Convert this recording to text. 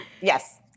Yes